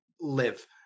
live